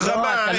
החרמה".